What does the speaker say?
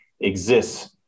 exists